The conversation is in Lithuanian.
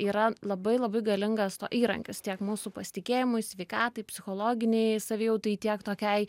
yra labai labai galingas įrankis tiek mūsų pasitikėjimui sveikatai psichologinei savijautai tiek tokiai